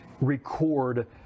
record